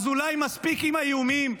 אז אולי מספיק עם האיומים,